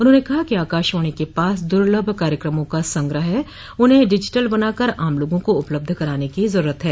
उन्होंने कहा कि आकाशवाणी के पास दुर्लभ कार्यक्रमों का संग्रह है उन्हें डिजिटल बनाकर आम लोगों को उपलब्ध कराने की जरूरत है